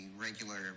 regular